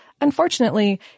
Unfortunately